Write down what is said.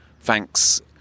thanks